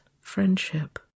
friendship